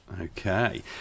Okay